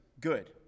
good